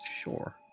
Sure